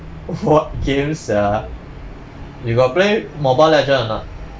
what game sia you got play mobile legend or not